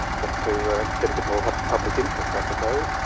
just to get a bit more public interest i suppose.